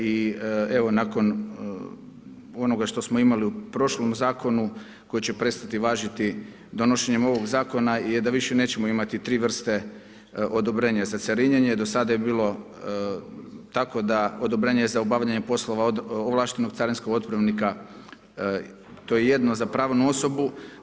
I evo nakon onoga što smo imali u prošlom zakonu koji će prestati važiti donošenjem ovog zakona je da više nećemo imati tri vrste odobrenja za carinjenje, do sada je bilo tako da odobrenje za obavljanje poslova od ovlaštenog carinskog otpremnika, to je jedno za pravnu osobu.